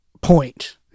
point